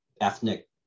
ethnic